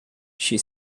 she